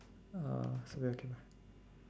uh should be okay lah